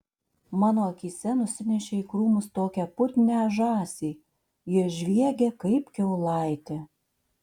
mano akyse nusinešė į krūmus tokią putnią žąsį ji žviegė kaip kiaulaitė